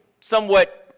somewhat